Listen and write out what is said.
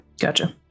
Gotcha